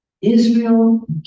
Israel